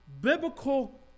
biblical